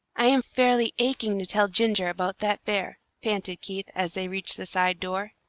i am fairly aching to tell ginger about that bear, panted keith, as they reached the side door.